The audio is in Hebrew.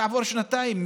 כעבור שנתיים,